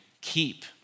keep